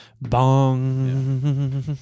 Bong